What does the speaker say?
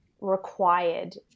required